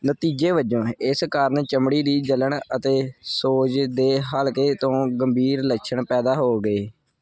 ਨਤੀਜੇ ਵਜੋਂ ਇਸ ਕਾਰਨ ਚਮੜੀ ਦੀ ਜਲਣ ਅਤੇ ਸੋਜਸ਼ ਦੇ ਹਲਕੇ ਤੋਂ ਗੰਭੀਰ ਲੱਛਣ ਪੈਦਾ ਹੋ ਗਏ